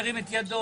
ירים את ידו.